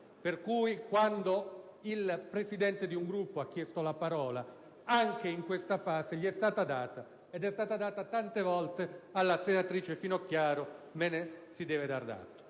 ai quali quando il Presidente di un Gruppo ha chiesto la parola, anche in questa fase, gli è stata data. È stata data tante volte alla senatrice Finocchiaro, e si deve dar atto